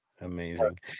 Amazing